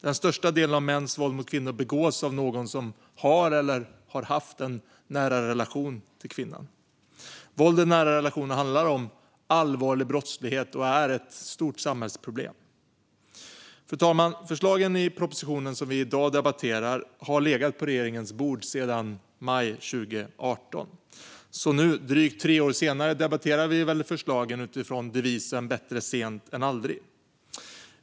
Den största delen av mäns våld mot kvinnor begås av någon som har eller har haft en nära relation till kvinnan. Våld i nära relationer handlar om allvarlig brottslighet och är ett stort samhällsproblem. Fru talman! Förslagen i propositionen som vi i dag debatterar har legat på regeringens bord sedan maj 2018. Nu, drygt tre år senare, debatterar vi väl förslagen utifrån devisen bättre sent än aldrig.